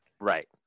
Right